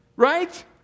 right